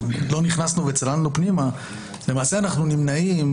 עוד לא נכנסנו וצללנו פנימה, למעשה אנחנו נמנעים